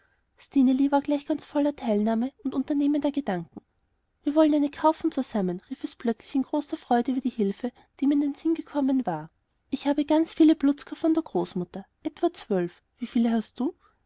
gleich ganz voller teilnahme und unternehmender gedanken wir wollen eine kaufen zusammen rief es plötzlich in großer freude über die hilfe die ihm in den sinn gekommen war ich habe ganz viele blutzger von der großmutter etwa zwölf wie viele hast du